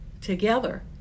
together